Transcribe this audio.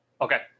Okay